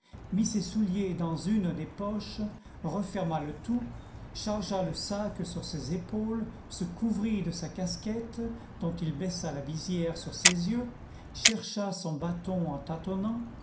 mit ses souliers dans une des poches referma le tout chargea le sac sur ses épaules se couvrit de sa casquette dont il baissa la visière sur ses yeux chercha son bâton